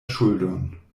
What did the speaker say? ŝuldon